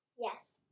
Yes